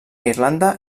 irlanda